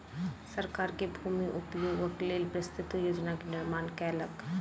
सरकार भूमि के उपयोगक लेल विस्तृत योजना के निर्माण केलक